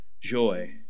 joy